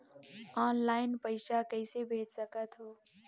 Online पइसा कइसे भेज सकत हो?